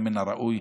מן הראוי